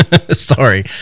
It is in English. sorry